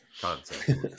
concept